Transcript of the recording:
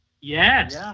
Yes